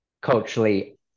culturally